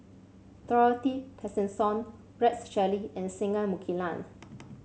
Dorothy Tessensohn Rex Shelley and Singai Mukilan